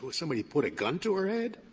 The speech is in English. but somebody put a gun to her head?